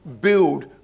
build